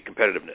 competitiveness